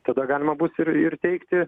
tada galima bus ir ir teikti